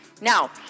Now